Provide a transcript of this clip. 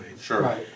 Sure